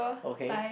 okay